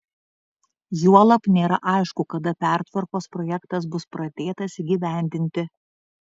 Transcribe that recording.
juolab nėra aišku kada pertvarkos projektas bus pradėtas įgyvendinti